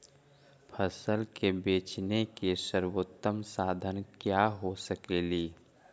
फसल के बेचने के सरबोतम साधन क्या हो सकेली?